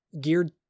geared